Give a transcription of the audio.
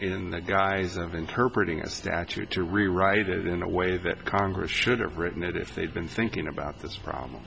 in the guise of interpret in a statute to rewrite it in a way that congress should have written it if they'd been thinking about this problem